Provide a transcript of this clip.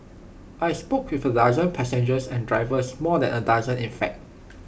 I spoke with A dozen passengers and drivers more than A dozen in fact